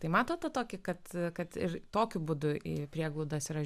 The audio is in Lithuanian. tai matote tokį kad ir tokiu būdu į prieglaudas yra